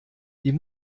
die